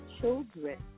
children